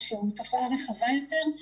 או שזאת תופעה רחבה יותר.